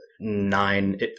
nine